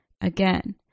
again